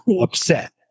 upset